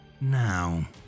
now